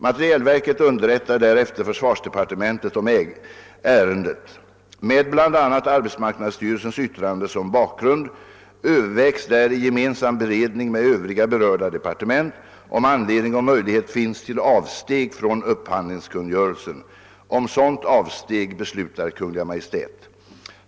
Materielverket underrättar därefter försvarsdepartementet om ärendet. Med bl.a. arbetsmarknadsstyrelsens yttrande som bakgrund övervägs där i gemensam beredning med övriga berörda departement om anledning och möjlighet finns till avsteg från upphandlingsrörelsen. Om sådant avsteg beslutar Kungl. Maj:t.